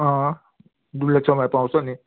अँ डुल्ने समय पाउँछ नि